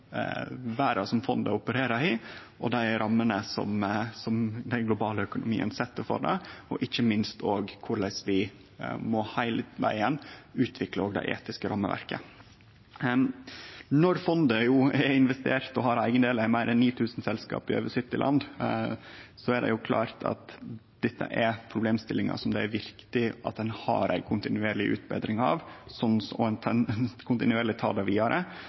som fondet opererer i, og dei rammene som den globale økonomien set for det, og ikkje minst korleis vi heile vegen må utvikle det etiske rammeverket. Når fondet har investert og har eigedelar i meir enn 9 000 selskap i over 70 land, er det klart at dette er problemstillingar som det er viktig at ein har ei kontinuerleg utbetring av, at ein kontinuerleg tek det vidare,